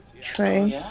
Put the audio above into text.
True